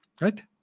Right